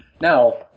Now